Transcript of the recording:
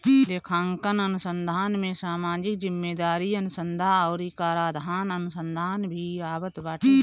लेखांकन अनुसंधान में सामाजिक जिम्मेदारी अनुसन्धा अउरी कराधान अनुसंधान भी आवत बाटे